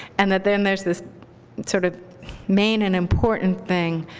and that then there's this sort of main and important thing,